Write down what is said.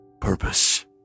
purpose